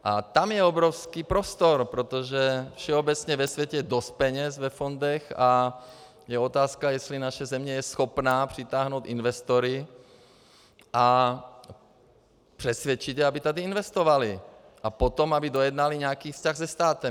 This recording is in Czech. A tam je obrovský prostor, protože všeobecně ve světě je dost peněz ve fondech, a je otázka, jestli naše země je schopná přitáhnout investory a přesvědčit je, aby tady investovali a potom, aby dojednali nějaký vztah se státem.